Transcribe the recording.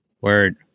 Word